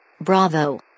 Bravo